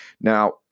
Now